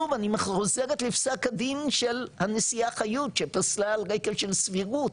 שוב אני חוזרת לפסק הדין של הנשיאה חיות שפסלה על רקע של סבירות,